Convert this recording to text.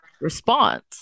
response